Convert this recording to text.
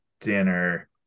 dinner